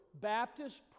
Baptist